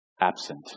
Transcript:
absent